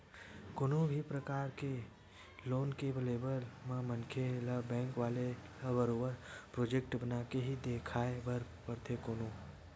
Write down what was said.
कोनो भी परकार के लोन के लेवब म मनखे ल बेंक वाले ल बरोबर प्रोजक्ट बनाके ही देखाये बर परथे कोनो